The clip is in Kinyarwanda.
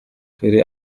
turi